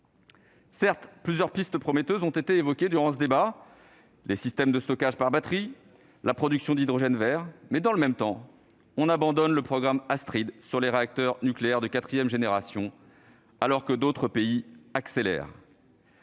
Certes, plusieurs pistes prometteuses ont été mentionnées au cours de ce débat, des systèmes de stockage par batteries à la production d'hydrogène vert, mais dans le même temps on abandonne le programme Astrid sur les réacteurs nucléaires de quatrième génération, alors que d'autres pays accélèrent